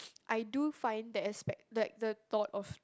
I do find that expect like the thought of